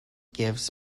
gives